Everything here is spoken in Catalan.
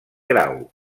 grau